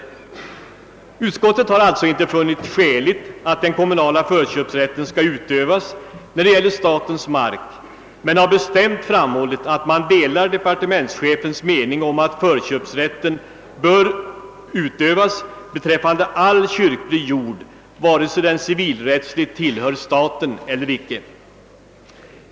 Utskottsmajoriteten har alltså inte funnit skäligt att den kommunala förköpsrätten skall utövas när det gäller statens mark, men har bestämt framhållit att den delar departementschefens mening om att förköpsrätten bör utövas beträffande all kyrklig jord vare sig den civilrättsligt tillhör staten eller icke.